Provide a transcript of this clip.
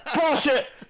Bullshit